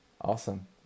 Awesome